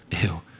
Ew